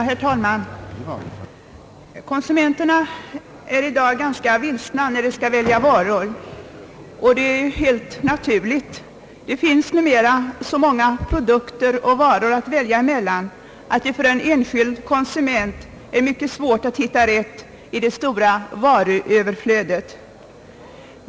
Herr talman! Konsumenterna är i dag ganska vilsna när de skall välja varor, och det är helt naturligt. Det finns numera så många produkter att välja emellan att det för den enskilde konsumenten är mycket svårt att hitta rätt i det stora varuöverflödet.